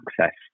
access